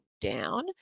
down